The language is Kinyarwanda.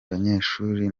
banyeshuri